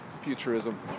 futurism